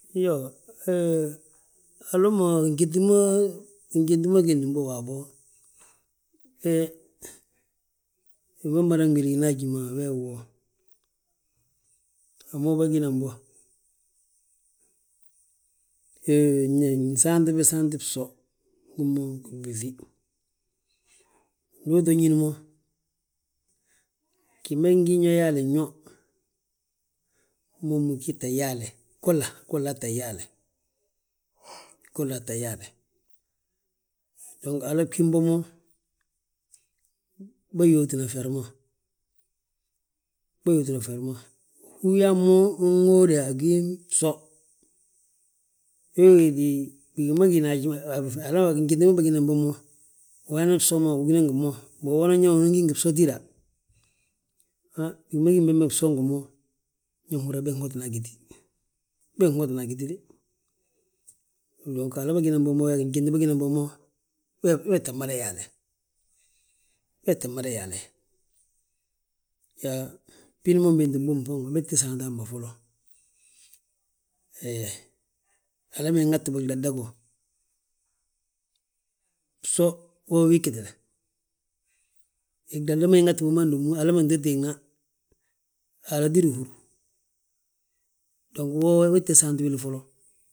Iyoo, hala ma ginjeti ma ugédni bo waabo, hee wi ma mada wéligina haji ma wee go: A mo bâgi nan bo, he ñe nsaanti be bsaanti bso, ngi mo, ngi blúŧi. Ndu uto ñín mo, giman ngi nyo yaali nyo, momu gii tta yaale, golla, golla tta yaale, golla tta yaale. Dong hala gím bo mo, bâyuutina feri ma, bayuutina feri ma, hú yaa mo, unŋóode a gii bso, we wéeti bigi ma gina haji ma, a ginjeti ma bâginan mo. Uyaa nan bso ma, ugí nan ngi mo, mbo wo nan nyaa unan gí ngi bso tída, han wi ma gím bembe bso ngi mo, ñe húri yaa bége hotina agiti, bég hotina agíti de. Dong hala ma bâgí nan bo mo, a ginjenti bâgi nan mo, wee tta mada yaale, wee tta mada yaale. Yaa bini ma utitta bini bommu we titta saanti hamma folo, he hala nŋatti bo giladda go, bso wo wii ggitile, glada ma inŋati bommu handomu, hala ma nto teegna, Haala tídi húru, dong woo we, we títta saanti wili folon.